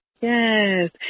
Yes